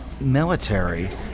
military